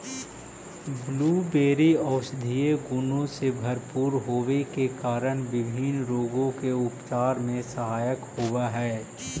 blueberry औषधीय गुणों से भरपूर होवे के कारण विभिन्न रोगों के उपचार में सहायक होव हई